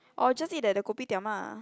or just eat at the Kopitiam lah